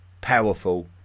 powerful